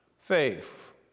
faith